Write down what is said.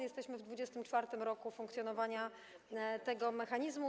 Jesteśmy w 24. roku funkcjonowania tego mechanizmu.